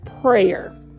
prayer